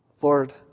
Lord